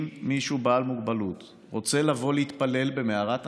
אם מישהו בעל מוגבלות רוצה לבוא להתפלל במערת המכפלה,